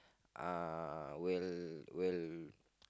uh will will